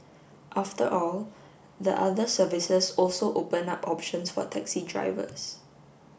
after all the other services also open up options for taxi drivers